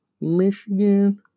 Michigan